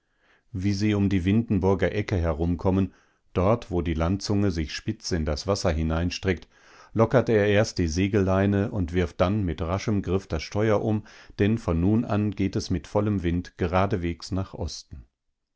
wie sie um die windenburger ecke herumkommen dort wo die landzunge sich spitz in das wasser hineinstreckt lockert er erst die segelleine und wirft dann mit raschem griff das steuer um denn von nun an geht es mit vollem wind geradeswegs nach osten